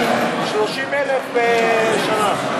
30,000 בשנה.